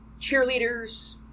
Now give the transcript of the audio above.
cheerleaders